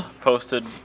posted